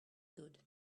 good